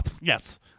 Yes